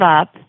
up